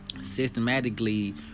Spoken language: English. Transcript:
systematically